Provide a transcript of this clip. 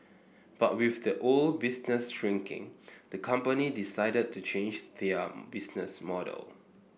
but with the old business shrinking the company decided to change their business model